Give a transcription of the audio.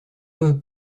eux